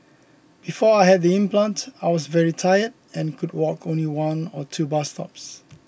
before I had the implant I was very tired and could walk only one or two bus stops